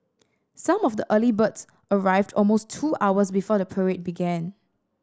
some of the early birds arrived almost two hours before the parade began